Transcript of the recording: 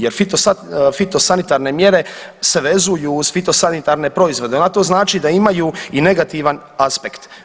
Jer fitosanitarne mjere se vezuju uz fitosanitarne proizvode, onda to znači da imaju i negativan aspekt.